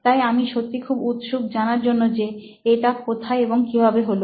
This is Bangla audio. তাই আমি সত্যিই খুব উৎসুক জানার জন্য যে এটা কোথায় এবং কিভাবে হল